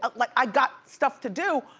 ah like i got stuff to do,